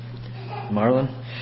Marlon